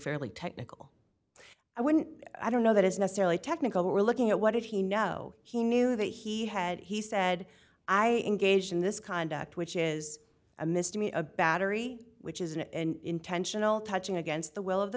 fairly technical i wouldn't i don't know that is necessarily technical we're looking at what did he know he knew that he had he said i engaged in this conduct which is a mystery a battery which is an intentional touching against the will of the